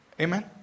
Amen